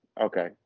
okay